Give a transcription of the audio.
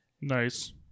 Nice